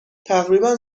تقریبا